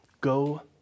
Go